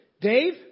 Dave